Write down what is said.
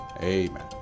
amen